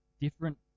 different